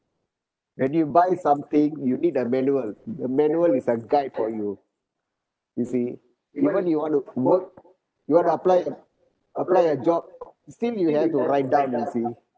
when you buy something you need a manual the manual is a guide for you you see even you want to promote you want to apply apply a job still you have to write down you see